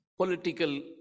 political